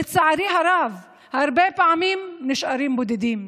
לצערי הרב, הרבה פעמים נשארים בודדים.